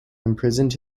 imprisoned